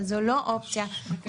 אבל זאת לא אופציה אמיתית.